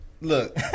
look